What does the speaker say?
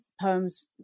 poems